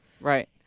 Right